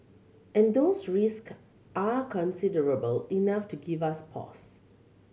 and those risk are considerable enough to give us pause